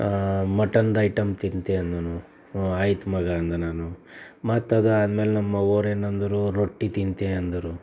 ಮಟನ್ದು item ತಿಂತೇ ಅಂದನು ಹ್ಞೂ ಆಯ್ತು ಮಗ ಅಂದೆ ನಾನು ಮತ್ತು ಅದಾದಮೇಲೆ ನಮ್ಮ ಅವ್ವೊರು ಏನಂದರು ರೊಟ್ಟಿ ತಿಂತೆ ಅಂದರು